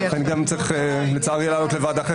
אני גם צריך לצערי לעלות לוועדה אחרת